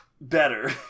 better